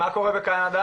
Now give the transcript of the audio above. מה קורה בקנדה?